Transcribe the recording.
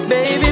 Baby